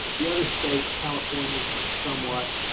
the other states, california, somewhat,